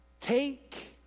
Take